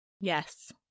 Yes